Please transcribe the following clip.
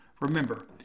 Remember